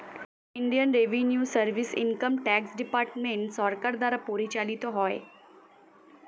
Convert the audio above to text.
Indian revenue service income tax department সরকার দ্বারা পরিচালিত হয়